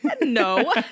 No